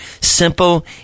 simple